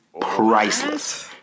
priceless